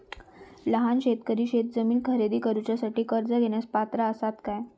लहान शेतकरी शेतजमीन खरेदी करुच्यासाठी कर्ज घेण्यास पात्र असात काय?